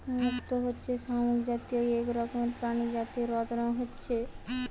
মুক্ত হচ্ছে শামুক জাতীয় এক রকমের প্রাণী যাতে রত্ন হচ্ছে